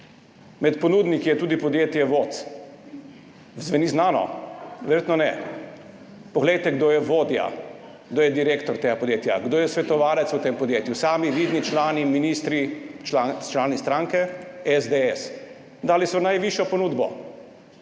med ponudniki je tudi podjetje VOC. Zveni znano? Verjetno ne. Poglejte, kdo je vodja, kdo je direktor tega podjetja, kdo je svetovalec v tem podjetju. Sami vidni člani stranke SDS. Dali so najvišjo ponudbo!